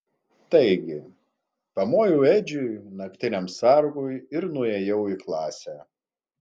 taigi pamojau edžiui naktiniam sargui ir nuėjau į klasę